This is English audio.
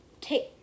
take